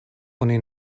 oni